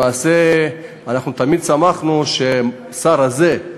אנחנו שמחנו שהשר הזה,